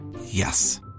Yes